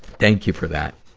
thank you for that.